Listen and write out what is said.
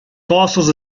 fossils